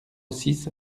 six